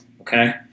Okay